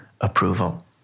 approval